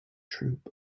troupe